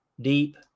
deep